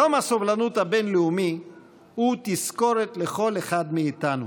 יום הסובלנות הבין-לאומי הוא תזכורת לכל אחד מאיתנו: